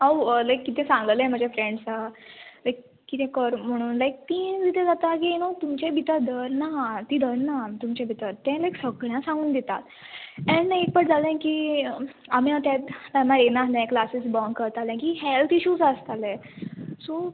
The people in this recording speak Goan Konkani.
हावें कितें सांगलेलें म्हजे फ्रेंड्साक लायक कितें कर म्हणून ती कितें जाता की यू नो तुमचे भिरतर दवरना ती दवरना तुमचे भितर तें लायक सगळ्यांक सांगून दितात एण्ड एक पाट जालें की आमी आतां केन्ना येना आसलें क्लासीस बंक करताले की हेल्त इशूज आसताले सो